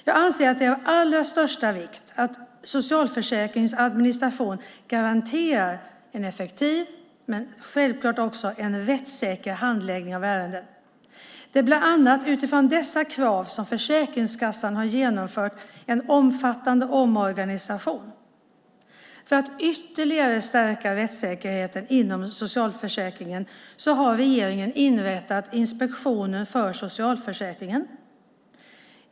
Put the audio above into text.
Jag anser att det är av allra största vikt att socialförsäkringens administration garanterar en effektiv och självfallet också en rättssäker handläggning av ärenden. Det är bland annat utifrån dessa krav som Försäkringskassan har genomfört en omfattande omorganisation. För att ytterligare stärka rättssäkerheten inom socialförsäkringen har regeringen inrättat Inspektionen för socialförsäkringen.